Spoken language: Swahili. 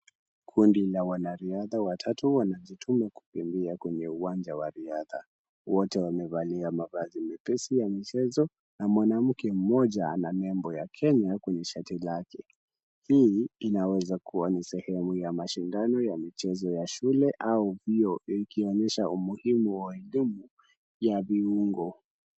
Kundi la wanariadha watatu wanajituma kukimbia kwenye uwanja wa riadha. Wote wamevalia mavazi mepesi ya mchezo na mwanamke mmoja ana nembo ya KENYA kwenye shati lake. Hii inaweza kuwa ni sehemu ya mashindano ya michezo ya shule au vyuo ikionyesha umuhimu wa elimu ya viungo.